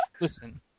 Listen